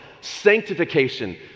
Sanctification